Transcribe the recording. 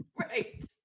Right